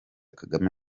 kagame